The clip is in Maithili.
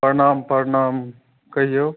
प्रणाम प्रणाम कहियौ